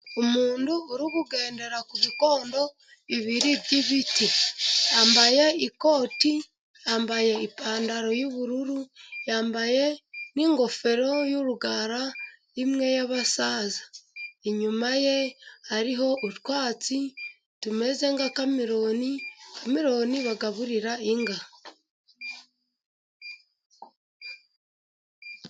Umuntu uri kugendera ku bikondo bibiri by'ibiti. Yambaye ikoti, yambaye ipantaro yubururu, yambaye n'ingofero y'urugara imwe y'abasaza. Inyuma ye hariho utwatsi tumeze nka Kamiruni, kamiruni bagaburira inka.